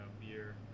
beer